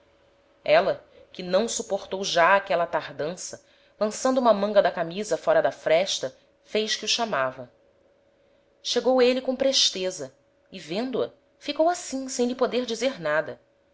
éla que não suportou já aquela tardança lançando uma manga da camisa fóra da fresta fez que o chamava chegou êle com presteza e vendo-a ficou assim sem lhe poder dizer nada